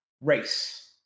race